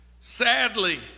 Sadly